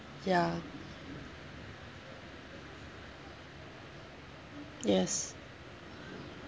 ya yes